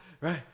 right